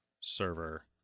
server